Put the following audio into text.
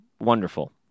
wonderful